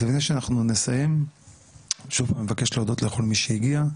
ולפני שאנחנו נסיים שוב פעם אני מבקש להודות לכל מי שהגיע,